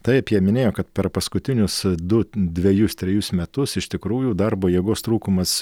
taip jie minėjo kad per paskutinius du dvejus trejus metus iš tikrųjų darbo jėgos trūkumas